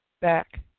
back